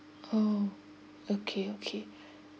oh okay okay